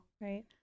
Right